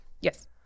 yes